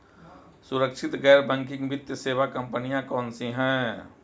सुरक्षित गैर बैंकिंग वित्त सेवा कंपनियां कौनसी हैं?